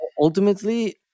ultimately